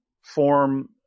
form